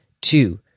Two